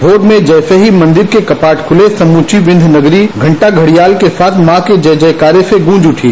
भोर में जैसे मन्दिर के कपाट खुले समूची विन्ध्य नगरी घंटा घड़ियाल के साथ मां के जय जयकारे से ग्रॅज उठी